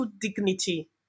dignity